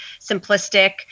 simplistic